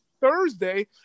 Thursday